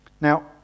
Now